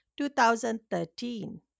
2013